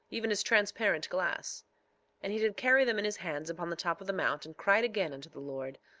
even as transparent glass and he did carry them in his hands upon the top of the mount, and cried again unto the lord,